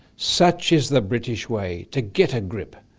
such is the british way to get a grip!